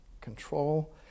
control